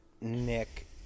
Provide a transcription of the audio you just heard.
Nick